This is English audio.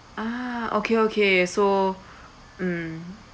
ah okay okay so mm